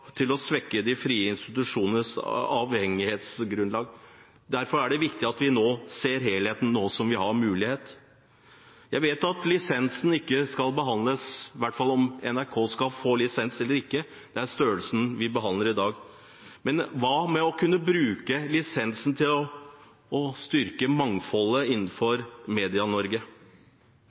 svekke de frie institusjonenes avhengighetsgrunnlag. Derfor er det viktig at vi ser helheten nå som vi har mulighet. Jeg vet at lisensen ikke skal behandles – i hvert fall ikke om NRK skal få lisens eller ikke – det er størrelsen vi behandler i dag. Men hva med å kunne bruke lisensen til å styrke mangfoldet